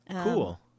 Cool